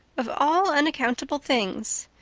of all unaccountable things!